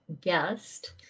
guest